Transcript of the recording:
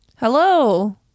Hello